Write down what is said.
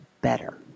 better